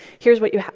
here's what you have.